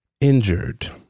injured